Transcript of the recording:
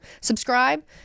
subscribe